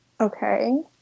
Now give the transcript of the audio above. Okay